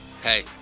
Hey